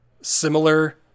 similar